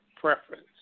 preference